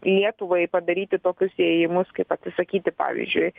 lietuvai padaryti tokius ėjimus kaip atsisakyti pavyzdžiui